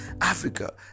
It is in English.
Africa